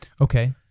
Okay